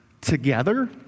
together